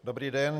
Dobrý den.